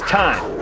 time